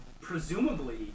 Presumably